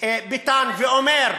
ביטן אומר,